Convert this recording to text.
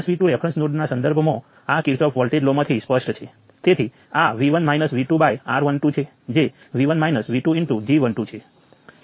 તેથી સૌ પ્રથમ નોડલ એનાલિસિસ માટે રઝિસ્ટન્સ મૂલ્યો કરતાં કન્ડકટન્સ મૂલ્યો લેવું વધુ અનુકૂળ છે